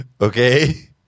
okay